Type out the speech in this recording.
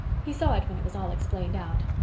he saw it when it was all explained out.